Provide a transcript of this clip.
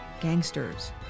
gangsters